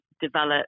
develop